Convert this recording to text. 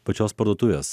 pačios parduotuvės